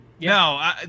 No